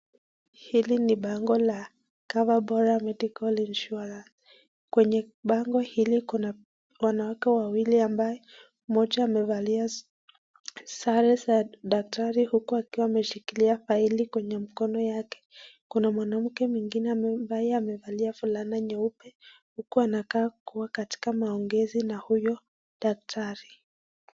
Hili ni bango la Coverbora Medical Insurance. Kwenye bango hili kuna wanawake wawili ambaye moja amevalia sare za daktari huku akiwa ameshikilia faili kwenye mkono yake. Kuna mwanamke mwengine ambaye amevalia fulana nyeupe huku anakaa kuwa katika maongezi na huyo daktari.